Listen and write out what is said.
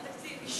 על התקציב,